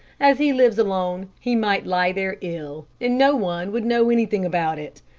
as he lives alone, he might lie there ill, and no one would know anything about it.